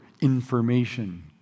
information